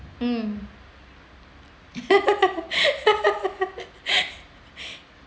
mm